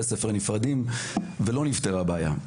יתד, לא נפתרה הבעיה,